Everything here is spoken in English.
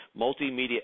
multimedia